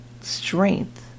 strength